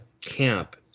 camp